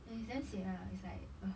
then it's damn sian lah it's like ugh